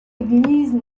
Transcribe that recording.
église